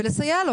ולסייע לו.